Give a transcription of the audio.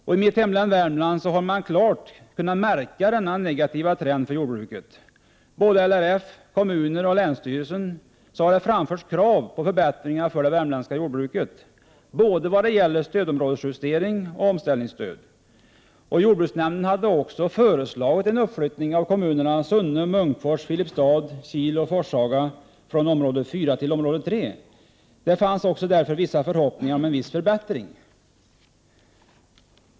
I mitt hemlän Värmland har man klart kunnat märka denna negativa trend för jordbruket. I LRF, kommuner och länsstyrelse har det framförts krav på förbättringar för det värmländska jordbruket, både vad gäller stödområdesjustering och omställningsstöd. Jordbruksnämnden hade också föreslagit en uppflyttning av kommunerna Sunne, Munkfors, Filipstad, Kil och Forshaga från område 4 till område 3. Det fanns därför en del förhoppningar om en viss förbättring.